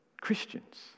Christians